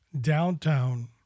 downtown